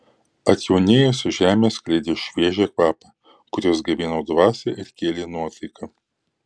atjaunėjusi žemė skleidė šviežią kvapą kuris gaivino dvasią ir kėlė nuotaiką